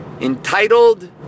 Entitled